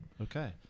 Okay